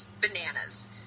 bananas